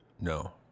No